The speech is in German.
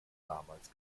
damals